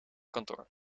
kantoor